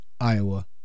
Iowa